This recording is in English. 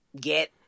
get